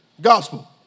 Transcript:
gospel